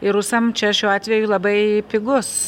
ir rusam čia šiuo atveju labai pigus